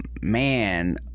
man